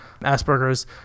Asperger's